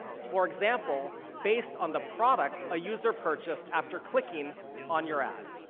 for example, based on the product a user purchased after clicking on your ad.